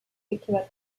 particular